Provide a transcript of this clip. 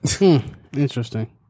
Interesting